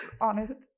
honest